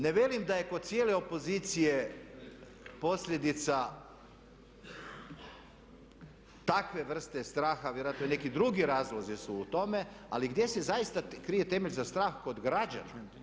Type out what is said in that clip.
Ne velim da je kod cijele opozicije posljedica takve vrste straha, vjerojatno i neki drugi razlozi su u tome, ali gdje se zaista krije temelj za strah kod građana.